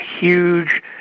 huge